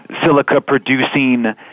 silica-producing